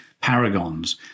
paragons